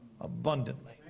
abundantly